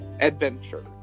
adventure